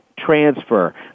Transfer